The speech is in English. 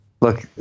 Look